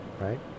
right